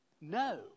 No